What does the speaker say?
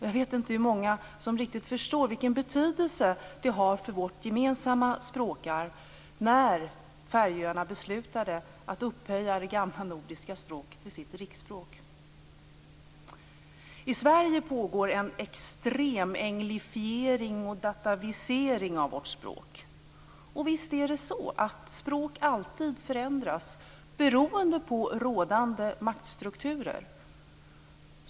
Jag vet inte hur många som riktigt förstår vilken betydelse det hade för vårt gemensamma språkarv när Färöarna beslutade att upphöja det gamla nordiska språket till sitt riksspråk. I Sverige pågår en extrem anglifierng och "datorisering" av vårt språk. Visst är det så att språk alltid förändras beroende på rådande maktstrukturer.